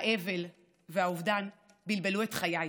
האבל והאובדן בלבלו את חיי.